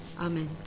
Amen